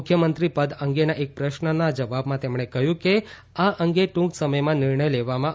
મુખ્યમંત્રી પદ અંગેના એક પ્રશ્નના જવાબમાં તેમણે કહ્યું કે આ અંગે ટૂંક સમયમાં નિર્મય લેવામાં આવશે